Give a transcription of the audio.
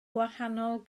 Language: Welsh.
gwahanol